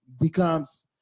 becomes